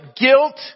guilt